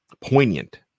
poignant